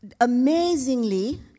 amazingly